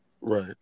Right